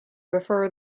prefer